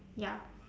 ya